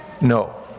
No